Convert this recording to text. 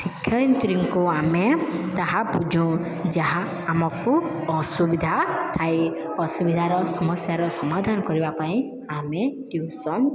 ଶିକ୍ଷୟିତ୍ରୀଙ୍କୁ ଆମେ ତାହା ବୁଝୁ ଯାହା ଆମକୁ ଅସୁବିଧା ଥାଏ ଅସୁବିଧାର ସମସ୍ୟାର ସମାଧାନ କରିବା ପାଇଁ ଆମେ ଟ୍ୟୁସନ୍